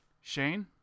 Shane